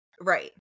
right